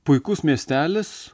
puikus miestelis